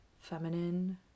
feminine